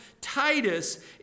Titus